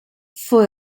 fue